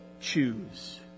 choose